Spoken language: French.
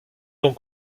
donc